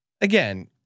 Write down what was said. Again